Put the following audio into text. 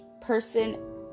person